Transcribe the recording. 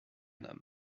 homme